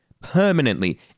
permanently